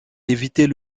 éviter